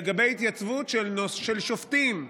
לגבי התייצבות של שופטים,